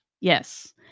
Yes